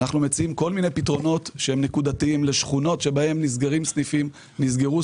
אנחנו מציעים כל מיני פתרונות נקודתיים לשכונות שבהן נסגרו סניפים,